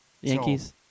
Yankees